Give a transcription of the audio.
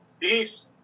Peace